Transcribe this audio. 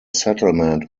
settlement